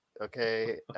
okay